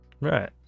Right